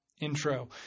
intro